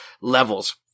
levels